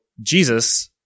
Jesus